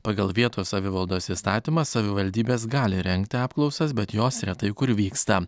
pagal vietos savivaldos įstatymą savivaldybės gali rengti apklausas bet jos retai kur vyksta